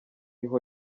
naho